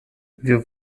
wir